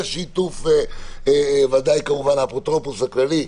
בשיתוף כמובן האפוטרופוס הכללי,